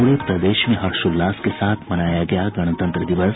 पूरे प्रदेश में हर्षोल्लास के साथ मनाया गया गणतंत्र दिवस